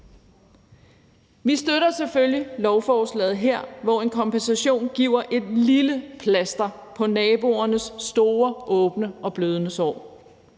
Vi støtter selvfølgelig lovforslaget her, hvor en kompensation giver et lille plaster på naboernes store, åbne og blødende sår.